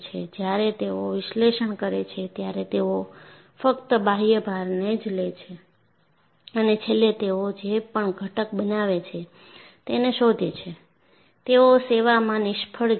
જ્યારે તેઓ વિશ્લેષણ કરે છે ત્યારે તેઓ ફક્ત બાહ્ય ભારને જ લે છે અને છેલ્લે તેઓ જે પણ ઘટક બનાવે છે તેને શોધે છે તેઓ સેવામાં નિષ્ફળ જાય છે